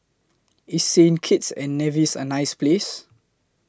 IS Saint Kitts and Nevis A nice Place